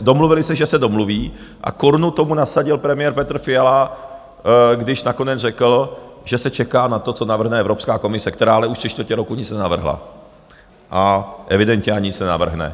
Domluvili se, že se domluví, a korunu tomu nasadil premiér Petr Fiala, když nakonec řekl, že se čeká na to, co navrhne Evropská komise která ale už tři čtvrtě roku nic nenavrhla a evidentně ani nenavrhne.